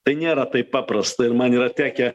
tai nėra taip paprasta ir man yra tekę